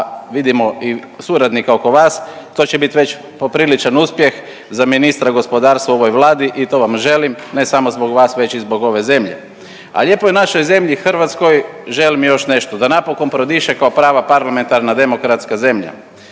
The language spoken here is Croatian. vidimo i suradnika oko vas to će bit već popriličan uspjeh za ministra gospodarstva u ovoj Vladi i to vam želim, ne samo zbog vas već i zbog ove zemlje. A lijepoj našoj zemlji Hrvatskoj želim još nešto, da napokon prodiše kao prava parlamentarna demokratska zemlja,